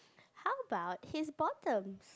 how about his bottoms